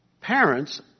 Parents